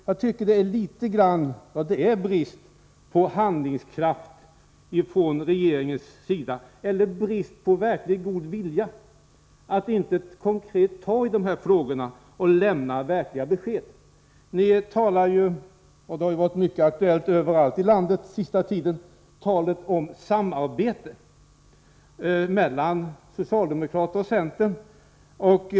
Jag tycker det är brist på handlingskraft eller brist på verkligt god vilja från regeringens sida att inte konkret ta tag i de här frågorna och lämna verkliga besked. Talet om samarbete mellan socialdemokrater och centern har ju varit aktuellt överallt i landet sista tiden.